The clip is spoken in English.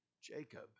Jacob